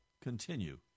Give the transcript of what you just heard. continue